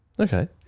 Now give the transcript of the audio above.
Okay